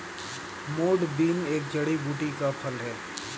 मोठ बीन एक जड़ी बूटी का फल है